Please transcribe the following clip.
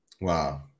Wow